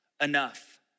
enough